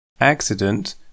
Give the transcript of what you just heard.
accident